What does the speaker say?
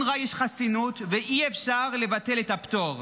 שלאונר"א יש חסינות, ואי-אפשר לבטל את הפטור.